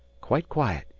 quite quiet.